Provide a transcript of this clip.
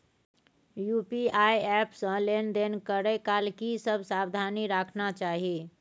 UPI app से लेन देन करै काल की सब सावधानी राखना चाही?